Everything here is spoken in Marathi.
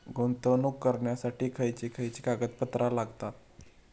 गुंतवणूक करण्यासाठी खयची खयची कागदपत्रा लागतात?